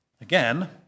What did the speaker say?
Again